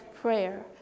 prayer